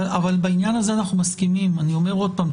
צודק חבר הכנסת בגין וגם אמרנו את זה לא פעם ולא פעמיים,